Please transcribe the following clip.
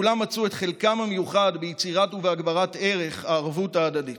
כולם מצאו את חלקם המיוחד ביצירת ובהגברת ערך הערבות ההדדית.